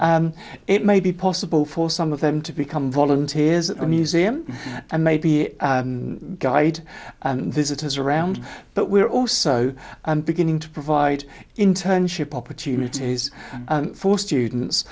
it may be possible for some of them to become volunteers a museum and maybe a guide and visitors around but we're also beginning to provide in turn ship opportunities for students